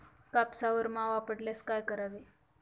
कापसावर मावा पडल्यास काय करावे?